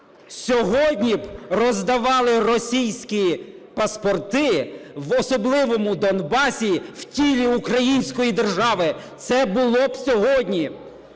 Сьогодні б роздавали російські паспорти в особливому Донбасі в тілі української держави. Це було б сьогодні!